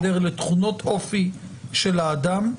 לתכונות אופי של האדם,